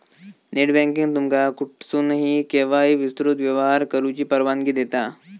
net banking तुमका कुठसूनही, केव्हाही विस्तृत व्यवहार करुची परवानगी देता